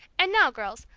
and now, girls,